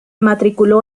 matriculó